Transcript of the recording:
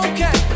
Okay